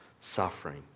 suffering